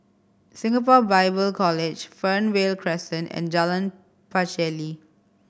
Singapore Bible College Fernvale Crescent and Jalan Pacheli